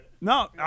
no